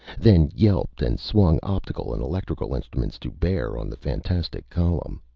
then yelped and swung optical and electronic instruments to bear on the fantastic column.